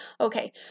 Okay